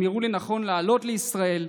הם יראו לנכון לעלות לישראל,